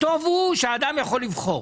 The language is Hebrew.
הטוב הוא שהאדם יכול לבחור.